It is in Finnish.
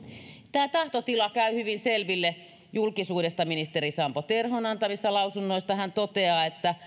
tämä tahtotila käy hyvin selville julkisuudesta ministeri sampo terhon antamista lausunnoista hän toteaa että